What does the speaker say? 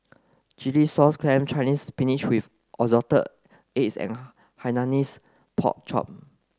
Chilli Sauce Clams Chinese spinach with assorted eggs and Hainanese pork chop